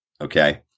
Okay